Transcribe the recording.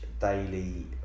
daily